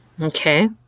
Okay